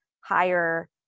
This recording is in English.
Higher